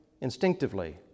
instinctively